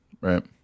Right